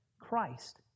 Christ